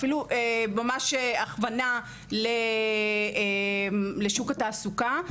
אפילו ממש הכוונה לשוק התעסוקה.